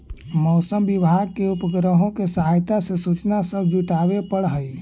मौसम विभाग के उपग्रहों के सहायता से सूचना सब जुटाबे पड़ हई